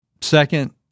Second